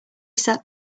sat